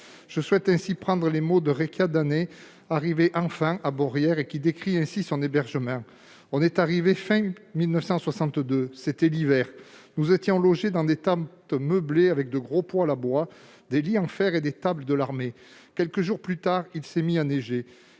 à vous citer les mots de Rekia Danet, arrivée enfant à Beaurières, qui décrit ainsi son hébergement :« On est arrivés fin 1962 : c'était l'hiver ; nous étions logés dans des tentes meublées avec de gros poêles à bois, des lits en fer et des tables de l'armée. « Quelques jours plus tard, il s'est mis à neiger